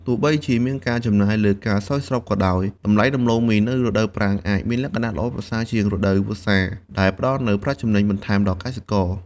ទោះបីជាមានការចំណាយលើការស្រោចស្រពក៏ដោយ តម្លៃដំឡូងមីនៅរដូវប្រាំងអាចមានលក្ខណៈល្អប្រសើរជាងរដូវវស្សា ដែលផ្តល់នូវប្រាក់ចំណេញបន្ថែមដល់កសិករ។